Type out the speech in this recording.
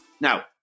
Now